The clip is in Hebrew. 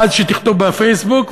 אני בעד שתכתוב בפייסבוק,